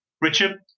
Richard